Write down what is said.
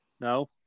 No